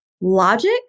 logic